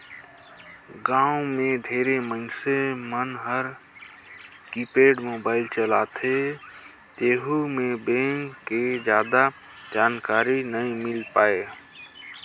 गांव मे ढेरे मइनसे मन हर कीपेड मोबाईल चलाथे तेहू मे बेंक के जादा जानकारी नइ मिल पाये